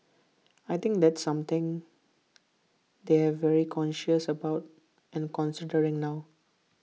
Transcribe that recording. I think that's something they're very conscious about and considering now